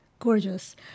gorgeous